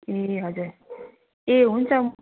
ए हजुर ए हुन्छ